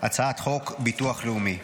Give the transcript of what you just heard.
הצעת חוק ביטוח לאומי,